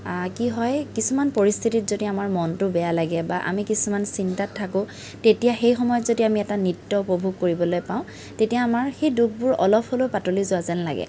কি হয় কিছুমান পৰিস্থিতিত যদি আমাৰ মনটো বেয়া লাগে বা আমি কিছুমান চিন্তাত থাকো তেতিয়া সেই সময়ত যদি আমি এটা নৃত্য উপভোগ কৰিবলৈ পাওঁ তেতিয়া আমাৰ সেই দুখবোৰ অলপ হ'লেও পাতলি যোৱা যেন লাগে